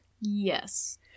Yes